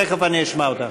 תכף אני אשמע אותך.